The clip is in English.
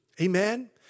Amen